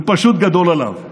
זה פשוט גדול עליו.